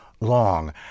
long